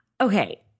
Okay